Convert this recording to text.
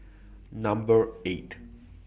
Number eight